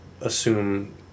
assume